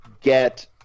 get